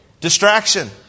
Distraction